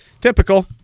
Typical